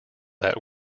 that